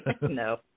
No